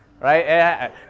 Right